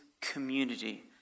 community